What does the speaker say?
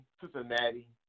Cincinnati